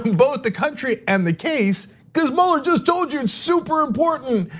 both the country and the case, cuz muller just told you it's super important,